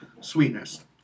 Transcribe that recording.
sweetness